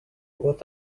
what